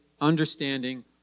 understanding